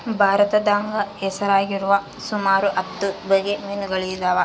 ಭಾರತದಾಗ ಹೆಸರಾಗಿರುವ ಸುಮಾರು ಹತ್ತು ಬಗೆ ಮೀನುಗಳಿದವ